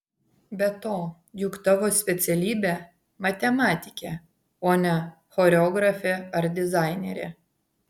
be to juk tavo specialybė matematikė o ne choreografė ar dizainerė